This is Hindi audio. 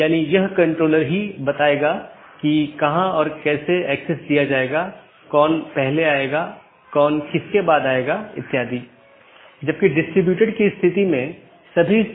गैर संक्रमणीय में एक और वैकल्पिक है यह मान्यता प्राप्त नहीं है इस लिए इसे अनदेखा किया जा सकता है और दूसरी तरफ प्रेषित नहीं भी किया जा सकता है